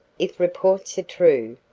if reports are true,